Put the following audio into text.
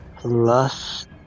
plus